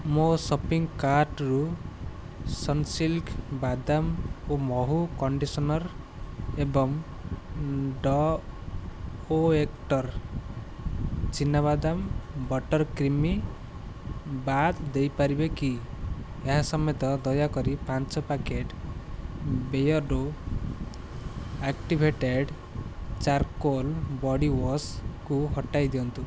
ମୋ ସପିଂ କାର୍ଟ୍ରୁ ସନସିଲ୍କ୍ ବାଦାମ ଓ ମହୁ କଣ୍ଡିସନର୍ ଏବଂ ଡ ଓ ଏତ୍କର ଚିନା ବାଦାମ ବଟର୍ କ୍ରିମି ବାଦ୍ ଦେଇପାରିବେ କି ଏହା ସମେତ ଦୟାକରି ପାଞ୍ଚ packet Beardo activated charcoal body wash କୁ ହଟାଇଦିଅନ୍ତୁ